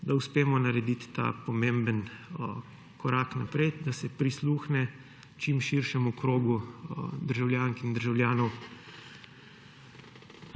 uspemo narediti ta pomembni korak naprej, da se prisluhne čim širšemu krogu državljank in državljanov